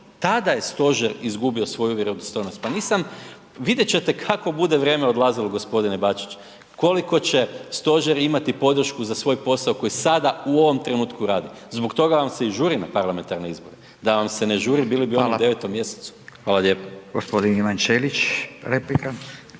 Tada je stožer izgubio svoju vjerodostojnost. Pa nisam, vidjet ćete kako bude vrijeme odlazilo gospodine Bačić, koliko će stožer imati podršku za svoj posao koji sada u ovom trenutku radi. Zbog toga vam se i žuri na parlamentarne izbore, da vam se ne žuri, bili bi oni u …/Upadica: Hvala./… 9. mjesecu. Hvala lijepa.